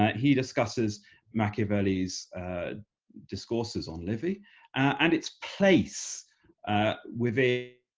but he discusses machiavelli's discourses on livy and its place with a